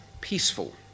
peaceful